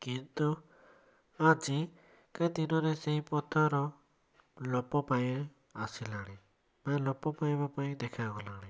କିନ୍ତୁ ଆଜି କା ଦିନରେ ସେଇ ପଥର ଲୋପ ପାଇ ଆସିଲାଣି ବା ଲୋପ ପାଇବା ପାଇଁ ଦେଖା ଗଲାଣି